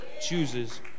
chooses